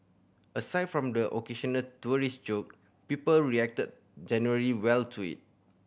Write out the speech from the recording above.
aside from the occasional terrorist joke people reacted generally well to it